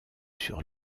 sur